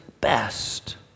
best